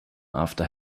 after